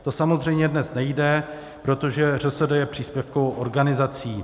To samozřejmě dnes nejde, protože ŘSD je příspěvkovou organizací.